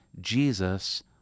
Jesus